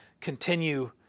continue